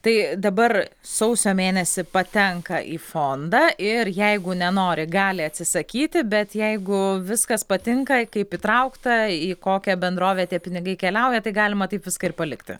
tai dabar sausio mėnesį patenka į fondą ir jeigu nenori gali atsisakyti bet jeigu viskas patinka kaip įtraukta į kokią bendrovę tie pinigai keliauja tai galima taip viską ir palikti